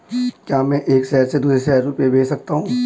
क्या मैं एक शहर से दूसरे शहर रुपये भेज सकती हूँ?